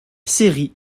série